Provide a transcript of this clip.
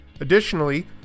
Additionally